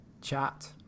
chat